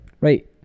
right